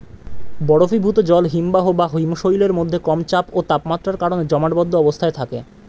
বরফীভূত জল হিমবাহ বা হিমশৈলের মধ্যে কম চাপ ও তাপমাত্রার কারণে জমাটবদ্ধ অবস্থায় থাকে